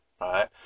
right